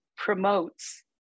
promotes